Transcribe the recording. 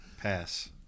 Pass